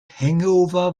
hangover